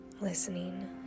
listening